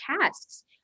tasks